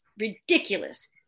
ridiculous